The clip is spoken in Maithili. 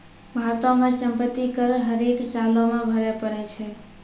भारतो मे सम्पति कर हरेक सालो मे भरे पड़ै छै